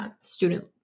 student